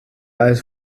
als